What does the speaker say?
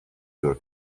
your